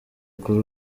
kuri